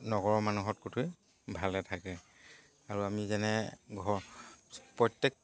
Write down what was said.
নগৰৰ মানুহত ভালে থাকে আৰু আমি যেনে ঘৰ প্ৰত্যেক